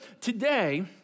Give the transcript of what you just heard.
today